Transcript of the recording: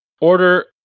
order